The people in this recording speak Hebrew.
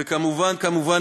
וכמובן כמובן,